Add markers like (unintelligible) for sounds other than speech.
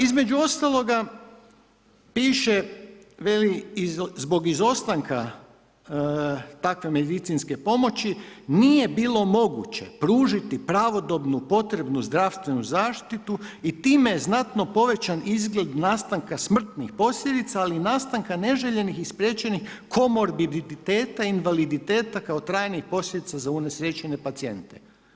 Između ostaloga, piše, velim i zbog izostanka, takve medicinske pomoći, nije bilo moguće pružiti pravodobnu, potrebnu, zdravstvenu zaštitu i time je znatno povećan izgled nastanka smrtnih posljedica, ali nastanka neželjenih i spriječenih … (unintelligible) i invaliditeta kao trajnih posljedica za unesrećene pacijente.